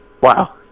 Wow